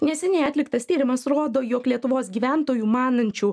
neseniai atliktas tyrimas rodo jog lietuvos gyventojų manančių